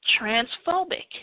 transphobic